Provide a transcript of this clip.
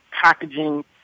packaging